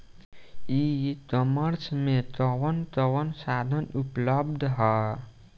ई कॉमर्स में कवन कवन साधन उपलब्ध ह?